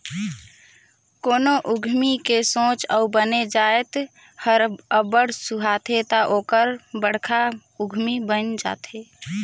कोनो उद्यमी के सोंच अउ बने जाएत हर अब्बड़ सुहाथे ता ओहर बड़खा उद्यमी बइन जाथे